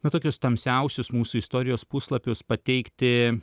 na tokius tamsiausius mūsų istorijos puslapius pateikti